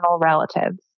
relatives